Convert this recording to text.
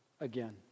again